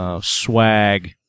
Swag